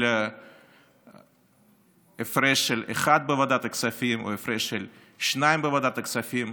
של הפרש של אחד בוועדת הכספים או הפרש של שניים בוועדת הכספים.